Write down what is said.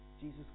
Jesus